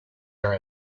are